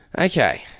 okay